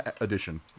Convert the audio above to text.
edition